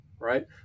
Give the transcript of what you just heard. right